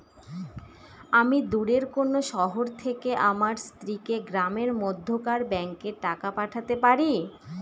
আমি দূরের কোনো শহর থেকে আমার স্ত্রীকে গ্রামের মধ্যেকার ব্যাংকে টাকা পাঠাতে পারি?